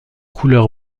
couleur